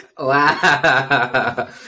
Wow